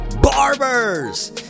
barbers